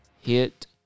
hit